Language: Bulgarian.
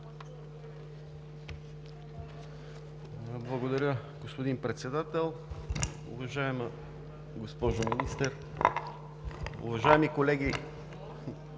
Благодаря Ви, господин Председател. Уважаема госпожо Министър, уважаеми колеги